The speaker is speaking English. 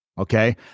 Okay